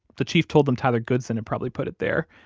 the chief told them tyler goodson had probably put it there,